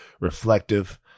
reflective